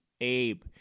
Abe